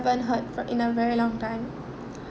~ven't heard from in a very long time